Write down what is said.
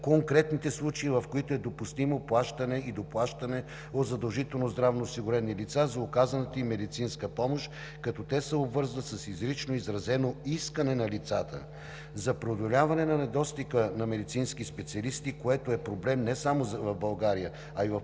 конкретните случаи, в които е допустимо плащане и доплащане от задължително здравноосигурени лица за оказаната им медицинска помощ, като те се обвързват с изрично изразено искане на лицата. За преодоляване на недостига на медицински специалисти, което е проблем не само в България, а и в